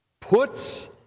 puts